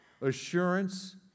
Assurance